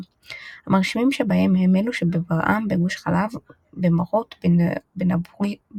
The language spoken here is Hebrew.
החל מסוף תקופת בית שני ועד המאה ה-10 לספירה,